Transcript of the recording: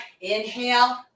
Inhale